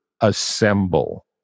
assemble